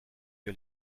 que